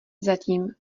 zatím